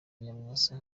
nyamwasa